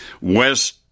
West